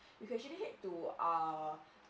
you actually need to uh